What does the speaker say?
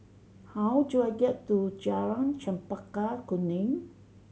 how do I get to Jalan Chempaka Kuning